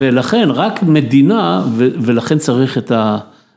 ‫ולכן רק מדינה, ולכן צריך את ה...